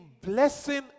blessing